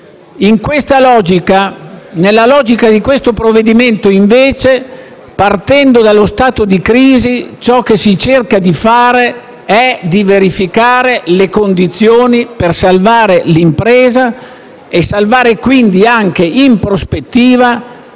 Nella logica di questo provvedimento, invece, partendo dallo stato di crisi, si cerca di verificare le condizioni per salvare l'impresa e quindi, in prospettiva,